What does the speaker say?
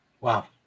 wow